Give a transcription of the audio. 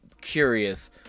curious